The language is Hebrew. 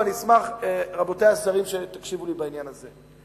ואני אשמח, רבותי השרים, אם תקשיבו לי בעניין הזה.